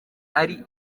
ari